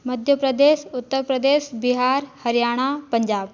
Madhya Pradesh Uttar Pradesh Bihar Haryana Punjab